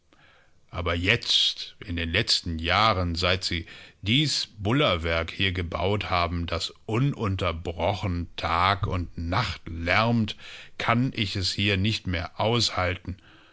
aber derhammerbullertenureinpaarmalamtage undindemschmelzofenwar nureinpaarmonatehintereinanderfeuer darinkonnteichmichallenfallsfinden aberjetztindenletztenjahren seit sie dies bullerwerk hier gebaut haben das ununterbrochen tag und nacht lärmt kann ich es hier nicht mehr aushalten